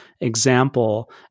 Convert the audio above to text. example